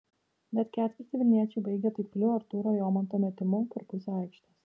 bet ketvirtį vilniečiai baigė taikliu artūro jomanto metimu per pusę aikštės